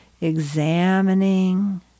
examining